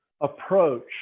approach